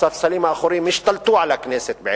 הספסלים האחוריים בעצם השתלטו על הכנסת,